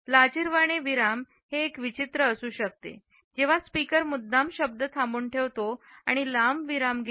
लाजिरवाणे विराम हे एक विचित्र असू शकते जेव्हा स्पीकर मुद्दाम शब्द थांबून ठेवतो आणि लांब विराम घेतो